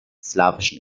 slawischen